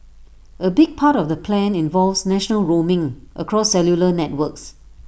A big part of the plan involves national roaming across cellular networks